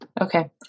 Okay